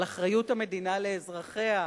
על אחריות המדינה לאזרחיה,